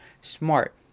smart